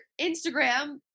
Instagram